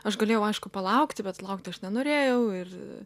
aš galėjau aišku palaukti bet laukti aš nenorėjau ir